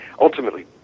ultimately